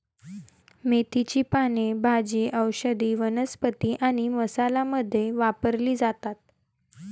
मेथीची पाने भाजी, औषधी वनस्पती आणि मसाला मध्ये वापरली जातात